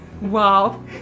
Wow